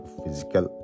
physical